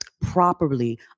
properly